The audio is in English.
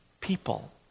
people